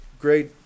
Great